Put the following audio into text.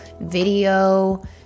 video